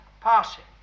passing